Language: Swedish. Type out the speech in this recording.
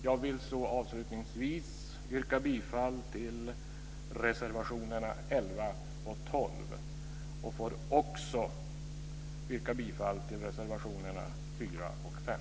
Jag vill avslutningsvis yrka bifall till reservationerna 11 och 12. Jag yrkar också bifall till reservationerna 4 och 5.